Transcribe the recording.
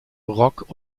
rock